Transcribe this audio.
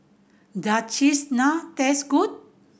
does Cheese Naan taste good